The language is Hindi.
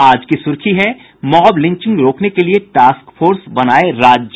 आज की सुर्खी है मॉब लिंचिंग रोकने के लिए टास्क फोर्स बनायें राज्य